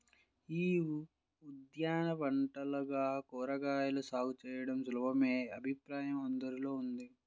యీ ఉద్యాన పంటలుగా కూరగాయల సాగు చేయడం సులభమనే అభిప్రాయం అందరిలో ఉంది